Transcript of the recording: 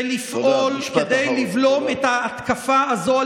ולפעול כדי לבלום את ההתקפה הזו על